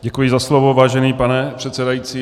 Děkuji za slovo, vážený pane předsedající.